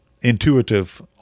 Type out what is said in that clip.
intuitive